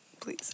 Please